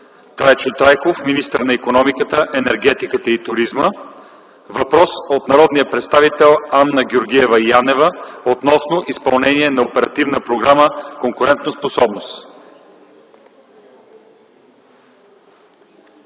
Трайчо Трайков – министър на икономиката, енергетиката и туризма. Въпрос от народния представител Анна Георгиева Янева относно изпълнение на Оперативна програма „Конкурентоспособност”.